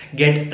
get